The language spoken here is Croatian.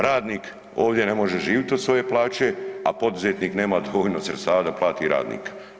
Radnik ovdje ne može živit od svoje plaće, a poduzetnik nema dovoljno sredstava da plati radnika.